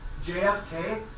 JFK